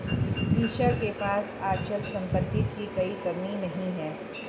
ईशा के पास अचल संपत्ति की कोई कमी नहीं है